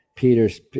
Peter's